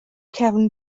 cefn